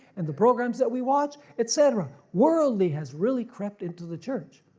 and the programs that we watch, etc. worldly has really crept into the church.